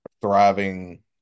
thriving